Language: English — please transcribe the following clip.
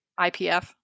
IPF